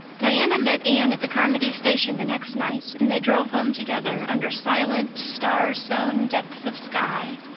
diana met anne at the carmody station the next night, and they drove home together under silent, star-sown depths of sky.